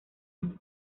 año